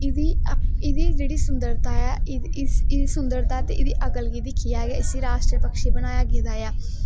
एहदी जेहड़ी सुंदरता ऐ एहदी सुंदरता ते एहदी अकल गी दिक्खयै इसी राष्ट्री पक्षी बनाया गेदा ऐ